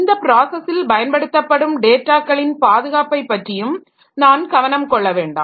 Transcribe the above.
இந்தப் பிராஸஸில் பயன்படுத்தப்படும் டேட்டாக்களின் பாதுகாப்பை பற்றியும் நான் கவனம் கொள்ள வேண்டாம்